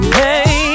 hey